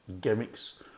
gimmicks